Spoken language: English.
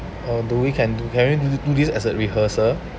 or do we can do can we do do this as a rehearsal